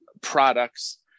products